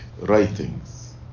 writings